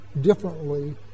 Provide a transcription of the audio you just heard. differently